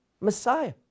Messiah